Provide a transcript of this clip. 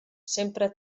sempre